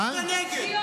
לך, טופורובסקי.